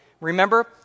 Remember